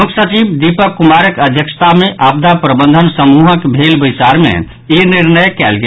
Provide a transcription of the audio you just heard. मुख्य सचिव दीपक कुमारक अध्यक्षता मे आपदा प्रबंधन समूहक भेल बैसार मे ई निर्णय कयल गेल